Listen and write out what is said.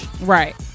Right